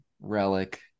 relic